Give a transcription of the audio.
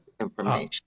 information